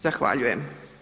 Zahvaljujem.